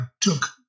took